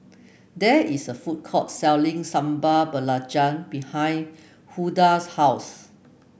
there is a food court selling Sambal Belacan behind Hulda's house